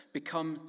become